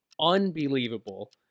unbelievable